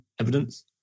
evidence